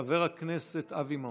חבר הכנסת אבי מעוז,